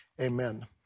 Amen